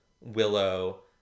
willow